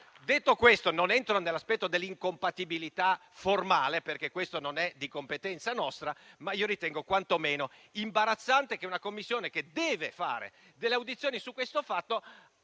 Detto questo, non entro nell'aspetto dell'incompatibilità formale, perché non è di competenza nostra. Ma ritengo quantomeno imbarazzante che una Commissione che deve svolgere delle audizioni su tale